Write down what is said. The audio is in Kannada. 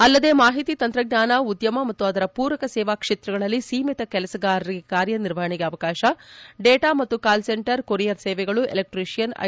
ಅಲ್ಲದೆ ಮಾಹಿತಿ ತಂತ್ರಜ್ಞಾನ ಉದ್ದಮ ಮತ್ತು ಅದರ ಪೂರಕ ಸೇವಾ ಕ್ಷೇತ್ರಗಳಲ್ಲಿ ಸೀಮಿತ ಕೆಲಸಗಾರರಿಗೆ ಕಾರ್ಯನಿರ್ವಹಣೆಗೆ ಅವಕಾಶ ಡಾಟಾ ಮತ್ತು ಕಾಲ್ಸೆಂಟರ್ ಕೊರಿಯರ್ ಸೇವೆಗಳು ಎಲೆಕ್ಷಿಷಿಯನ್ ಐ